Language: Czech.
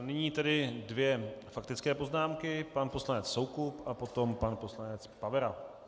Nyní tedy dvě faktické poznámky, pan poslanec Soukup a potom pan poslanec Pavera.